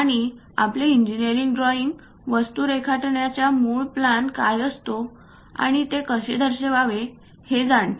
आणि आपले इंजिनिअरिंग ड्रॉइंगवस्तू रेखाटण्याचा मूळ प्लॅन काय असतो आणि ते कसे दर्शवावे हे जाणते